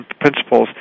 principles